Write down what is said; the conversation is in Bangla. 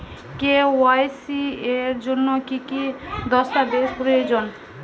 কে.ওয়াই.সি এর জন্যে কি কি দস্তাবেজ প্রয়োজন?